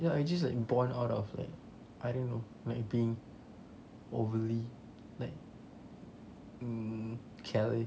ya I just like born out of like I don't know like being overly like in careless